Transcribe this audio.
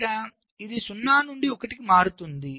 లేదా ఇది 0 నుండి 1 కి మారుతుంది